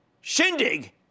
Shindig